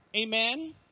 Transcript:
Amen